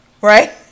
Right